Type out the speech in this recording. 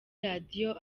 radio